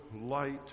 Light